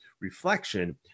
reflection